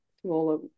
smaller